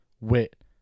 Wit